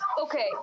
okay